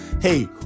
hey